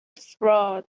fraud